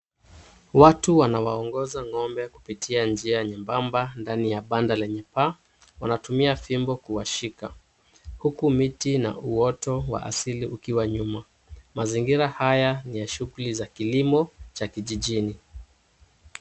Watu wanawaongoza ng'ombe kupitia njia nyembamba ndani ya banda lenye paa. Wanatumia fimbo kuwashika. Huku miti na uoto wa asili ukiwa nyuma. Mazingira haya ni ya shughuli za kilimo cha kijijini.